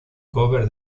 cover